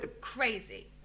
crazy